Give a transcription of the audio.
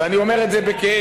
ואני אומר את זה בכאב,